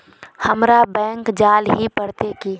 हमरा बैंक जाल ही पड़ते की?